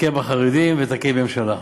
הכה בחרדים ותקים ממשלה.